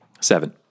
Seven